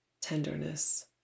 tenderness